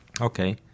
Okay